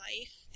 life